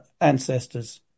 ancestors